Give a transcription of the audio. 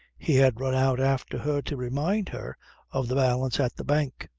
he had run out after her to remind her of the balance at the bank.